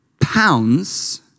pounds